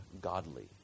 godly